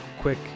quick